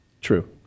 True